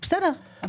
בסדר,